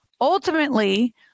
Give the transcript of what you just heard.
Ultimately